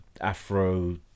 afro